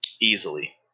easily